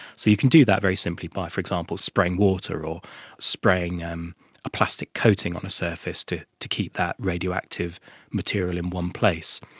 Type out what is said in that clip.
so you can do that very simply by, for example, spraying water or spraying um a plastic coating on a surface to to keep that radioactive material in one place.